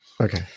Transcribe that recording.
okay